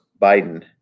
Biden